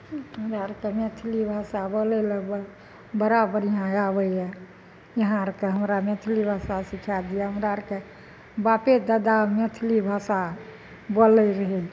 हमरा आरके मैथिली भाषा बोलय लए बड़ा बढ़िआँ आबैये इहाँ आरके हमरा मैथिली भाषा सिखाय दिअ हमरा आरके बापे दादा मैथिली भाषा बोलय रहय